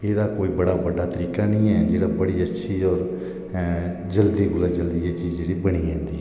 एहदा कोई बडा बड्डा तरीका नेईं ऐ जेहड़ा बड़ा जल्दी कोला जल्दी चीज बनी जंदी ऐ